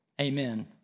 Amen